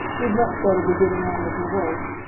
you'd much better be getting on with your work.